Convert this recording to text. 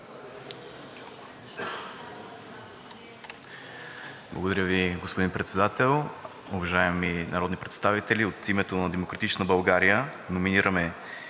Уважаеми господин Председател, уважаеми народни представители! От името на „Демократична България“ номинираме